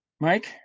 mike